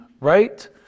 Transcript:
right